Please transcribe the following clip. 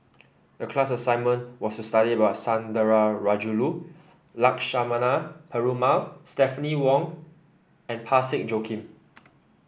the class assignment was to study about Sundarajulu Lakshmana Perumal Stephanie Wong and Parsick Joaquim